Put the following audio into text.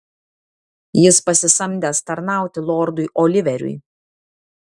jis pasisamdęs tarnauti lordui oliveriui